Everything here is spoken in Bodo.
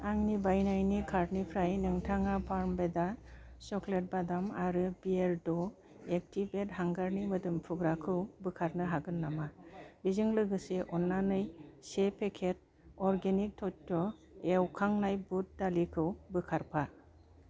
आंनि बायनायनि कार्टनिफ्राय नोंथाङा फार्मवेदा सक्लेट बादाम आरो बियेरड' एक्टिभेटेट हांगारनि मोदोम फुग्राखौ बोखारनो हागोन नामा बेजों लोगोसे अन्नानै से पेकेट अर्गेनिक तत्व एवखांनाय बुद दालिखौ बोखारफा